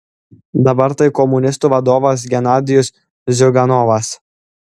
dabar tai komunistų vadovas genadijus ziuganovas